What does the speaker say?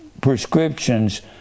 prescriptions